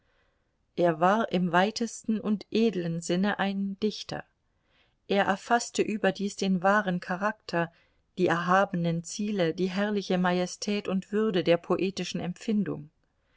er war im weitesten und edeln sinne ein dichter er erfaßte überdies den wahren charakter die erhabenen ziele die herrliche majestät und würde der poetischen empfindung